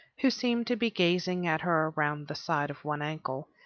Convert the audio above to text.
who seemed to be gazing at her around the side of one ankle,